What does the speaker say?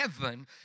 heaven